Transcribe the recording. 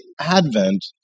Advent